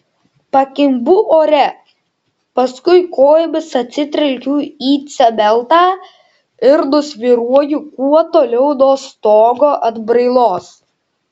pakimbu ore paskui kojomis atsitrenkiu į cementą ir nusvyruoju kuo toliau nuo stogo atbrailos